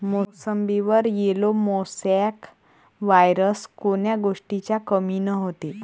मोसंबीवर yellow mosaic virus कोन्या गोष्टीच्या कमीनं होते?